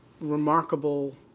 remarkable